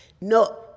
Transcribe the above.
no